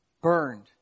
Burned